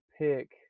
pick